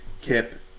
Kip